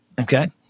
Okay